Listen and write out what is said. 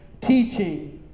teaching